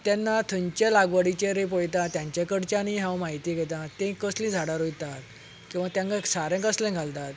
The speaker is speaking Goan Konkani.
तेन्ना थंयचे लागवडीचेरूय बी पयता तांचे कडल्यान हांव म्हायती घेता तीं कसली झाडां रोयतात किंवा तांकां सारें कसले घालतात